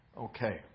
Okay